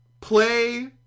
play –